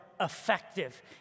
effective